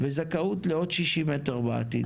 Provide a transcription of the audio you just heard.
וזכאות של עוד 60 מ"ר בעתיד.